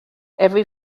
every